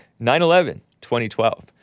9-11-2012